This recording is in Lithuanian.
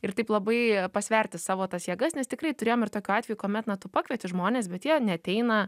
ir taip labai pasverti savo tas jėgas nes tikrai turėjom ir tokių atvejų kuomet na tu pakvieti žmones bet jie neateina